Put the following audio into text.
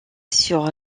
sur